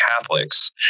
Catholics